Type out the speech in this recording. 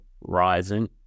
rising